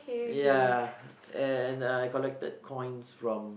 ya and I collected coins from